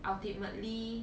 ultimately